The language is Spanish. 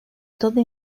todo